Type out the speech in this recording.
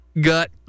gut